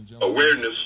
awareness